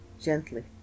gently